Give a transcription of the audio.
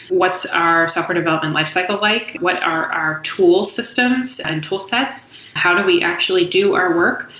what's our software development life cycle like? what are our tools systems and toolsets? how do we actually do our work?